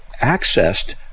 accessed